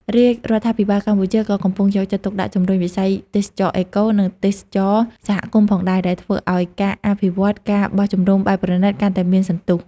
រាជរដ្ឋាភិបាលកម្ពុជាក៏កំពុងយកចិត្តទុកដាក់ជំរុញវិស័យទេសចរណ៍អេកូ និងទេសចរណ៍សហគមន៍ផងដែរ ដែលធ្វើឲ្យការអភិវឌ្ឍ ការបោះជំរំបែបប្រណីត កាន់តែមានសន្ទុះ។